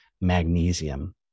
magnesium